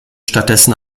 stattdessen